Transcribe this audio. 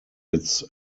its